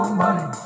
money